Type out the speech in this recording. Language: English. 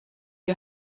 you